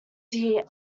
dear